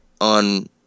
on